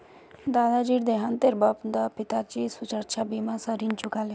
दादाजीर देहांतेर बा द पिताजी सुरक्षा बीमा स ऋण चुका ले